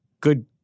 good